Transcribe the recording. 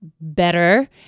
better